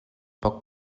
poc